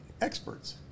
experts